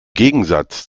gegensatz